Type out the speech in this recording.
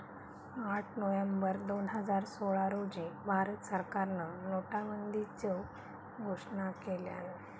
आठ नोव्हेंबर दोन हजार सोळा रोजी भारत सरकारान नोटाबंदीचो घोषणा केल्यान